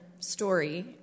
Story